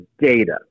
data